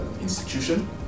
institution